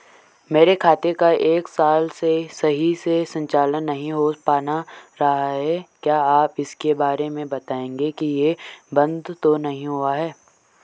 मेरे खाते का एक साल से सही से संचालन नहीं हो पाना रहा है क्या आप इसके बारे में बताएँगे कि ये बन्द तो नहीं हुआ है?